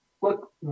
Look